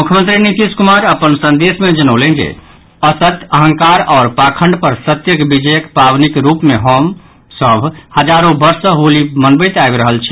मुख्यमंत्री नीतीश कुमार अपन संदेश मे जनौलनि जे असत्य अहंकार आओर पाखंड पर सत्यक विजय पावनिक रूप मे हम सभ हजारो वर्ष सँ होली मनबैत आबि रहल छी